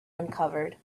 uncovered